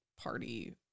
Party